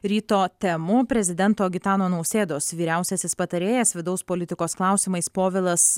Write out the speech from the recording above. ryto temų prezidento gitano nausėdos vyriausiasis patarėjas vidaus politikos klausimais povilas